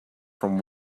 from